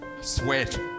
sweat